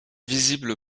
visible